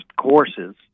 courses